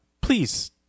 please